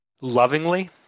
lovingly